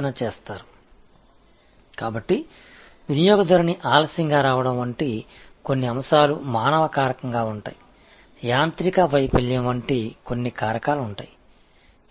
எனவே கஸ்டமர் தாமதமாக வருவது போன்ற சில காரணிகள் இருக்கும் அது மனித காரணியாக இருக்கும் இயந்திர தோல்வி போன்ற சில காரணிகள்